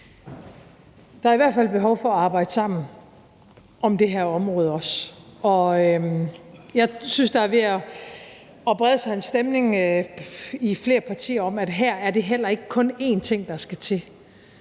Der er i hvert fald behov for at arbejde sammen om det her område også, og jeg synes, der er ved at brede sig en stemning i flere partier af, at her er det heller ikke kun én ting, der skal til.